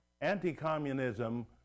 Anti-communism